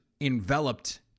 enveloped